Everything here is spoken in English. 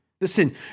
Listen